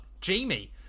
Jamie